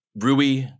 Rui